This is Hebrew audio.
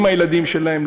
עם הילדים שלהן,